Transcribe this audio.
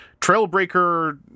Trailbreaker